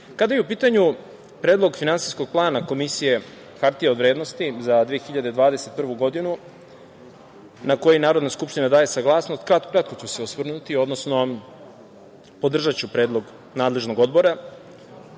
je u pitanju Predlog finansijskog plana Komisije za hartije od vrednosti za 2021. godinu na koji Narodna skupština daje saglasnost, kratko ću se osvrnuti, odnosno podržaću predlog nadležnog Odbora.